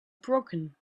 broken